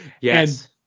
Yes